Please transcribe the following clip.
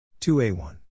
2a1